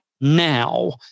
now